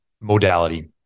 modality